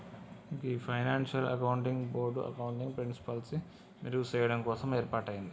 గీ financial accounting board accounting ప్రిన్సిపిల్సి మెరుగు చెయ్యడం కోసం ఏర్పాటయింది